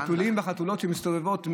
החתולים והחתולות שמסתובבים,